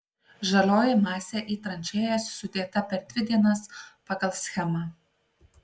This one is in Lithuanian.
žalioji masė į tranšėjas sudėta per dvi dienas pagal schemą